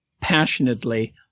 passionately